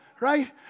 right